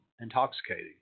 intoxicating